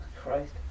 Christ